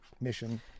mission